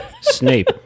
Snape